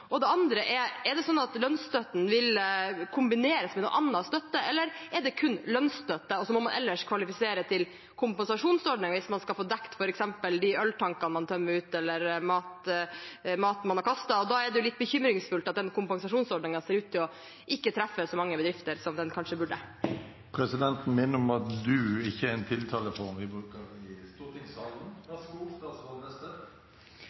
Det andre er: Er det sånn at lønnsstøtten vil kombineres med annen støtte, eller er det kun lønnsstøtte, og så må man ellers kvalifisere til kompensasjonsordning hvis man skal få dekket f.eks. de øltankene man har tømt, eller maten man har kastet? Da er det litt bekymringsfullt at kompensasjonsordningen ser ut til ikke å treffe så mange bedrifter som den kanskje burde. Presidenten minner om at «du» ikke er en tiltaleform vi bruker i stortingssalen.